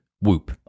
Whoop